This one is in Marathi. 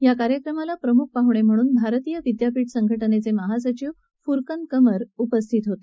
या कार्यक्रमाला प्रमुख पाहुणे म्हणून भारतीय विद्यापीठ संघटनेचे महासचिव फुरकन कमर उपस्थित होते